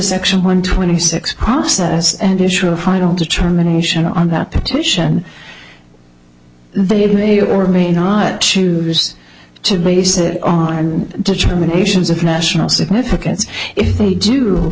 section one twenty six process and issue a final determination on that petition they are or may not choose to base it on determinations of national significance if they do